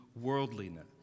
worldliness